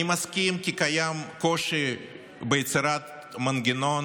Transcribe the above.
אני מסכים כי קיים קושי ביצירת מנגנון